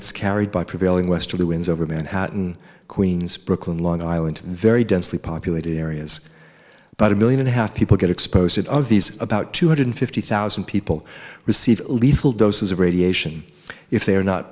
it's carried by prevailing westerly winds over manhattan queens brooklyn long island and very densely populated areas but a million and a half people get exposed of these about two hundred fifty thousand people receive lethal doses of radiation if they are not